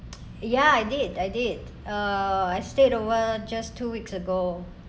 ya I did I did uh I stayed over just two weeks ago